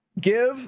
Give